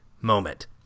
moment